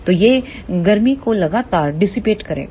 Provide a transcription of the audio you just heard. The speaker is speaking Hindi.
तो यह गर्मी को लगातार डिसिपेट करेगा